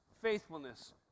faithfulness